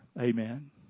amen